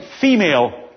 female